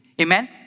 Amen